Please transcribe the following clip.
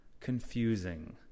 confusing